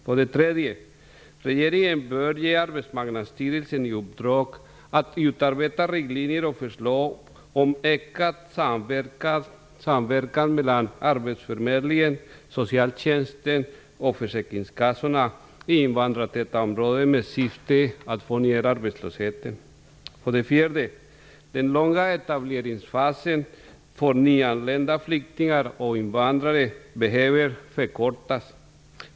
För det tredje: Regeringen bör ge Arbetsmarknadsstyrelsen i uppdrag att utarbeta riktlinjer och förslag om ökad samverkan mellan arbetsförmedling, socialtjänst och försäkringskassorna i invandrartäta områden med syfte att få ned arbetslösheten. För det fjärde: Den långa etableringsfasen för nyanlända flyktingar och invandrare behöver förkortas.